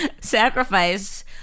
sacrifice